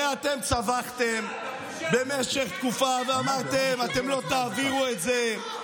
הרי אתם צווחתם במשך תקופה ואמרתם: אתם לא תעבירו את זה,